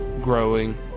growing